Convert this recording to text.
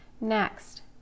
Next